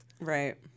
Right